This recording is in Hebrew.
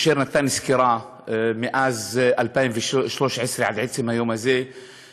אשר נתן סקירה מ-2013 עד עצם היום הזה,